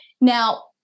Now